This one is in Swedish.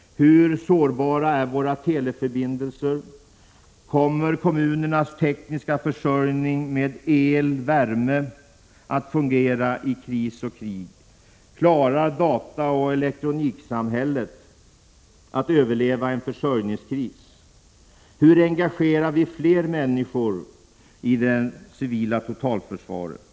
Hur sårbara är våra teleförbindelser? Kommer kommunernas tekniska försörjning med el och värme att fungera i kris och krig? Klarar dataoch elektroniksamhället att överleva en försörjningskris? Hur engagerar vi fler människor i det civila totalförsvaret?